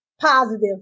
positive